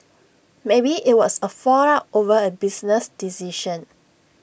maybe IT was A fallout over A business decision